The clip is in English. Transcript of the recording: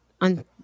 on